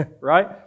right